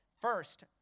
First